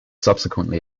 subsequently